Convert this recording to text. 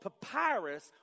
papyrus